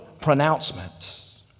pronouncement